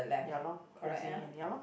ya lor facing in ya lor